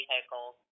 vehicle